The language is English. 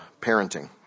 parenting